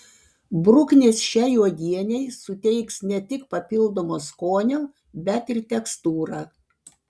bruknės šiai uogienei suteiks ne tik papildomo skonio bet ir tekstūrą